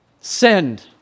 send